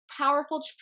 powerful